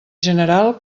general